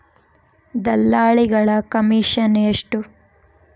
ದಲ್ಲಾಳಿಗಳ ಕಮಿಷನ್ ಎಷ್ಟು?